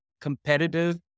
competitive